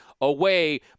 away